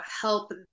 help